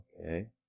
Okay